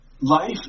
Life